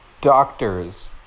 Doctors